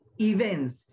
events